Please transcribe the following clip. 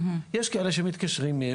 יש כאלה שמתקשרים,